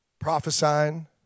Prophesying